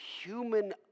human